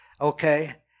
okay